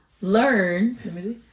learn